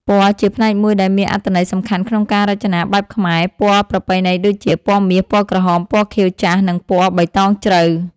ពណ៌ជាផ្នែកមួយដែលមានអត្ថន័យសំខាន់ក្នុងការរចនាបែបខ្មែរ ពណ៌ប្រពៃណីដូចជា ពណ៌មាស ពណ៌ក្រហម ពណ៌ខៀវចាស់ និងពណ៌បៃតងជ្រៅ។